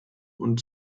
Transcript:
und